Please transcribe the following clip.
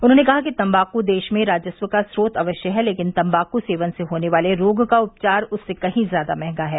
उन्होंने कहा कि तम्बाकू देश में राजस्व का चोत अवश्य है लेकिन तम्बाकू सेवन से होने वाले रोग का उपचार उससे कहीं ज्यादा महंगा है